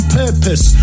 purpose